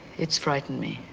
it's frightened me,